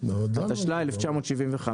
התשל"ה-1975,